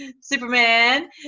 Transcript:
Superman